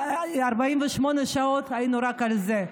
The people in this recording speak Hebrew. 48 שעות היינו רק על זה.